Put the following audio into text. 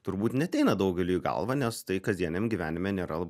turbūt neateina daugeliui į galvą nes tai kasdieniam gyvenime nėra